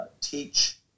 teach